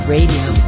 Radio